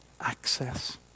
access